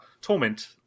torment